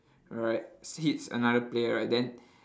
right hits another player right then